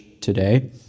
today